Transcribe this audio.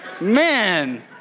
Man